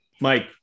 Mike